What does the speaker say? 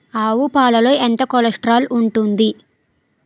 ఆవు పాలలో ఎంత కొలెస్ట్రాల్ ఉంటుంది?